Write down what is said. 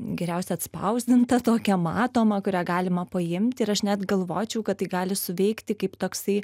geriausia atspausdinta tokia matoma kurią galima paimt ir aš net galvočiau kad tai gali suveikti kaip toksai